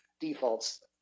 defaults